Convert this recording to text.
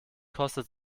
kostet